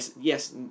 Yes